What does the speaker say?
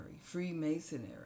Freemasonry